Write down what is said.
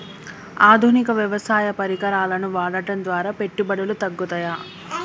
ఆధునిక వ్యవసాయ పరికరాలను వాడటం ద్వారా పెట్టుబడులు తగ్గుతయ?